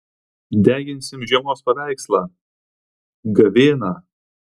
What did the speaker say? deginsim žiemos paveikslą gavėną